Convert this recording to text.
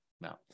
now